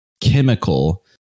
chemical